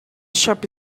shop